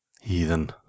heathen